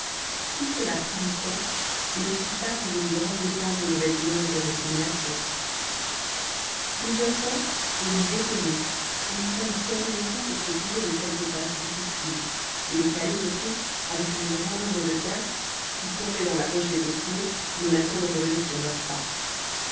tout cela prit du temps et ne se fit pas sans une grande dépense de mauvaise humeur et de récriminations plusieurs fois on dut dételer et il fallut caler les roues pour se tirer de quelque passe difficile et les caler surtout avec un grand nombre de piastres qui tombaient dans la poche des postillons menaçant de revenir sur leurs pas